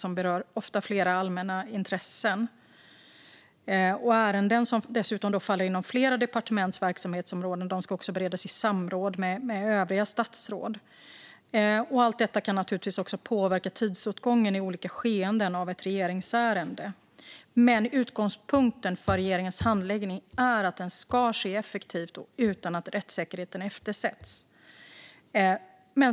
De berör ofta flera allmänna intressen. Ärenden som dessutom faller inom flera departements verksamhetsområden ska också beredas i samråd med övriga statsråd. Allt detta kan naturligtvis påverka tidsåtgången i olika skeenden av ett regeringsärende. Men utgångspunkten för regeringens handläggning är att den ska ske effektivt och utan att rättssäkerheten eftersätts.